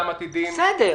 בסדר.